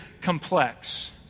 complex